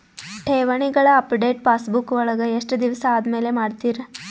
ಠೇವಣಿಗಳ update passbook ವಳಗ ಎಷ್ಟ ದಿವಸ ಆದಮೇಲೆ ಮಾಡ್ತಿರ್?